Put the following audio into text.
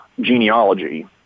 genealogy